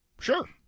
Sure